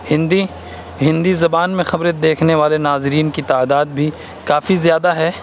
ہندی ہندی زبان میں خبریں دیکھنے والے ناظرین کی تعداد بھی کافی زیادہ ہے